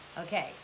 Okay